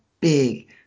big